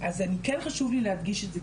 אז אני כן חשוב לי להדגיש את זה,